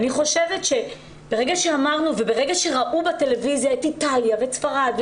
ברגע שראו בטלוויזיה את מה שקורה באיטליה ובספרד,